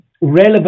relevant